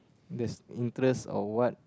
that's interest or what